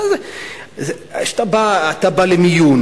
כשאתה בא למיון,